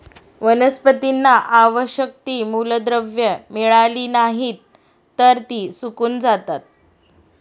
वनस्पतींना आवश्यक ती मूलद्रव्ये मिळाली नाहीत, तर ती सुकून जातात